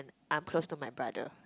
I'm close to my brother